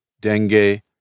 dengue